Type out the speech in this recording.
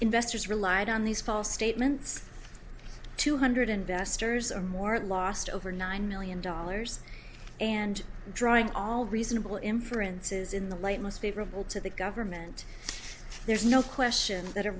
investors relied on these false statements two hundred investors are more than lost over nine million dollars and drawing all reasonable inferences in the light most favorable to the government there's no question that a